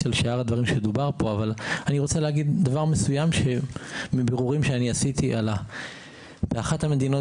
של מה שדובר פה אבל אני רוצה להגיד שמבירורים שעשיתי באחת המדינות